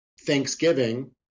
Thanksgiving